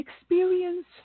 experience